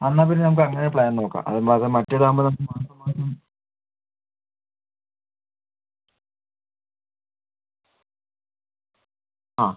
ആ എന്നാൽ പിന്നെ നമുക്ക് അങ്ങനെ പ്ലാൻ നോക്കാം അത് മാത്രം മറ്റേത് ആകുമ്പം നമ്മക്ക് മാറുമ്പം മാത്രം ആ